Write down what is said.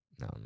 No